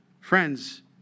Friends